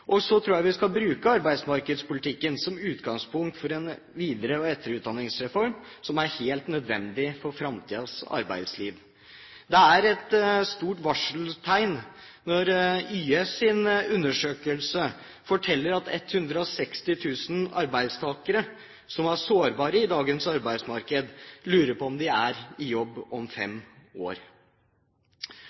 Så tror jeg vi skal bruke arbeidsmarkedspolitikken som utgangspunkt for en videre- og etterutdanningsreform som er helt nødvendig for framtidas arbeidsliv. Det er et klart varseltegn når YS’ undersøkelse forteller at 160 000 arbeidstakere som er sårbare i dagens arbeidsmarked, lurer på om de er i jobb om fem år.